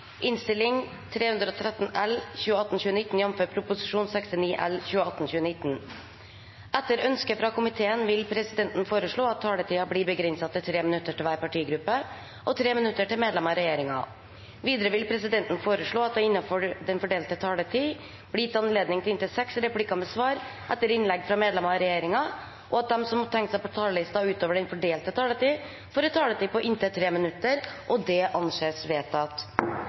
vil presidenten foreslå at taletiden blir begrenset til 3 minutter til hver partigruppe og 3 minutter til medlemmer av regjeringen. Videre vil presidenten foreslå at det – innenfor den fordelte taletid – blir gitt anledning til inntil seks replikker med svar etter innlegg fra medlemmer av regjeringen, og at de som måtte tegne seg på talerlisten utover den fordelte taletid, får en taletid på inntil 3 minutter. – Det anses vedtatt.